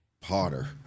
Potter